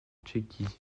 tchéquie